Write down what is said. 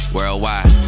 Worldwide